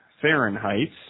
Fahrenheit